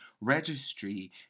registry